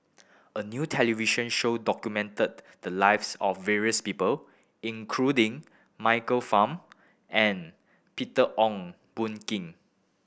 a new television show documented the lives of various people including Michael Fam and Peter Ong Boon Kwee